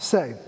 Say